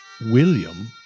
William